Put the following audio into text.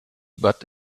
but